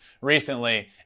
recently